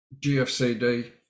GFCD